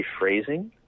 rephrasing